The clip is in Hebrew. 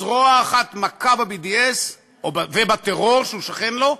זרוע אחת מכה ב-BDS ובטרור שהוא שכן לו,